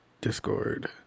Discord